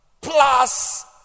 plus